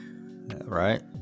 Right